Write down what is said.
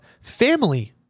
family